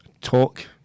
talk